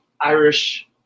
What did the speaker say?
Irish